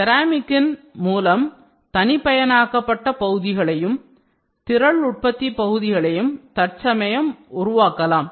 ceramic ன் மூலம் தனிப்பயனாக்கப்பட்ட பகுதிகளையும் திரள் உற்பத்தி பகுதிகளையும் தற்சமயம் உருவாக்கலாம்